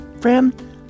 Friend